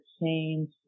change